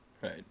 right